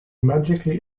magically